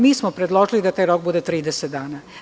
Mi smo predložili da taj rok bude 30 dana.